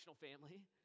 family